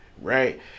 right